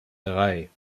drei